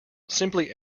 simply